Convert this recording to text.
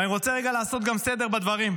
ואני רוצה רגע לעשות גם סדר בדברים: